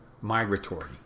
migratory